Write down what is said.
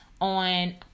on